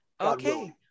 Okay